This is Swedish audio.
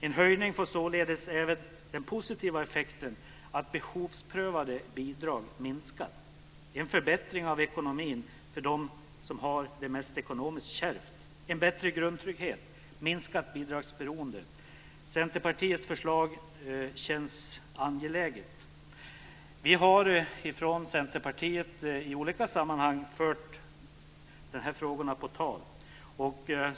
En höjning får således även den positiva effekten att behovsprövade bidrag minskar. Det medför en förbättring av ekonomin för de som har det ekonomiskt kärvt. De får en bättre grundtrygghet och därmed ett minskat bidragsberoende. Centerpartiets förslag känns angeläget. Vi från Centerpartiet har i olika sammanhang fört dessa frågor på tal.